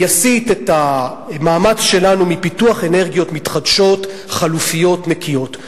יסיט את המאמץ שלנו מפיתוח אנרגיות מתחדשות חלופיות נקיות.